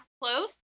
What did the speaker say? Close